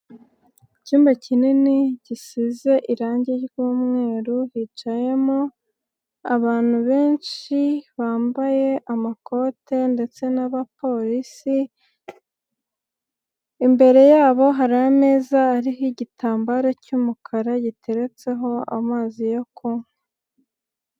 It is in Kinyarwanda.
Icyumba kinini gisize irangi ry'umweru, hicayemo abantu benshi bambaye amakote ndetse n'abapolisi, imbere yabo hari ameza ariho igitambaro cy'umukara giteretseho amazi yo kunywa.